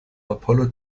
apollo